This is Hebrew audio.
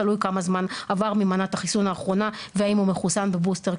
תלוי כמה זמן עבר ממנת החיסון האחרונה והאם הוא מחוסן בבוסטר,